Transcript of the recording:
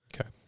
Okay